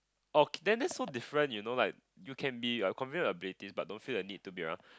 oh K then then so different you know like you can be uh confident in abilities but don't feel the need to be around